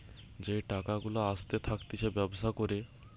যেই টাকা গুলা আসতে থাকতিছে ব্যবসা করে